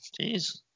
Jeez